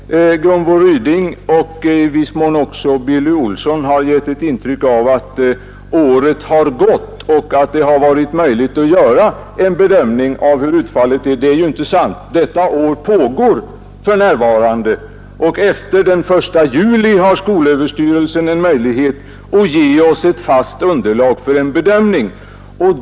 Gunvor Ryding och i viss mån också Billy Olsson i Kil har gett ett intryck av att året har gått och att det varit möjligt att göra en bedömning av hur utfallet är. Det är ju inte sant. Året pågår för närvarande, och efter den 1 juli har skolöverstyrelsen möjlighet att ge oss ett fast underlag för en bedömning.